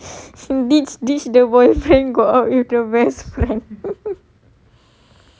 ditch ditch the boyfriend go out with the best friend